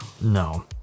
No